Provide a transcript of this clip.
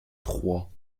trois